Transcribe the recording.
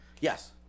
yes